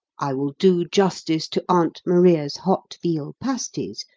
i will do justice to aunt maria's hot veal pasties,